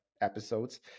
episodes